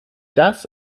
das